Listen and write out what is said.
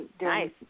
nice